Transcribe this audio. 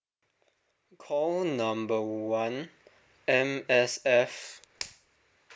call number M_S_F